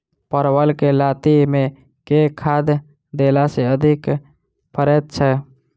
परवल केँ लाती मे केँ खाद्य देला सँ अधिक फरैत छै?